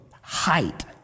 height